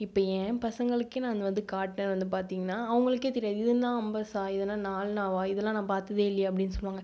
இப்போ என் பசங்களுக்கே நாங்க வந்து காட்னால் வந்து பார்த்தீங்கன்னா அவர்களுக்கே தெரியாது இது என்ன ஐம்பது பைசாவா இது என்ன நாலனாவா இது எல்லாம் நான் பாத்ததே இல்லையே அப்படினு சொல்லுவாங்க